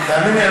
תאמין לי,